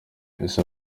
ese